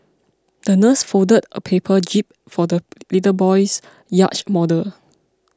the nurse folded a paper jib for the little boy's yacht model